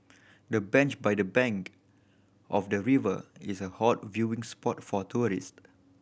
the bench by the bank of the river is a hot viewing spot for tourists